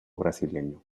brasileño